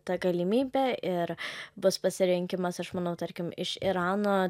ta galimybė ir bus pasirinkimas aš manau tarkim iš irano